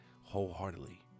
wholeheartedly